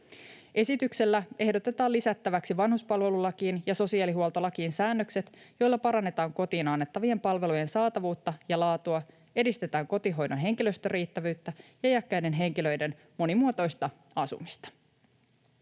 Esityksellä ehdotetaan lisättäväksi vanhuspalvelulakiin ja sosiaalihuoltolakiin säännökset, joilla parannetaan kotiin annettavien palvelujen saatavuutta ja laatua, edistetään kotihoidon henkilöstön riittävyyttä ja iäkkäiden henkilöiden monimuotoista asumista.